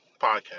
podcast